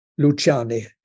Luciani